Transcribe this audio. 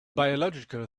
biological